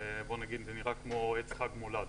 זה נראה כמו עץ חג מולד